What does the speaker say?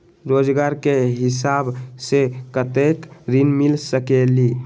रोजगार के हिसाब से कतेक ऋण मिल सकेलि?